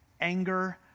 anger